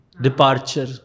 Departure